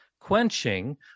quenching